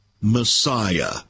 Messiah